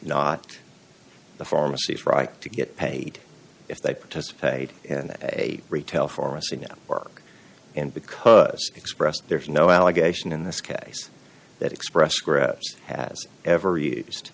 not the pharmacies right to get paid if they participate in a retail pharmacy network and because express there is no allegation in this case that express scripts has ever used